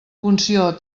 funció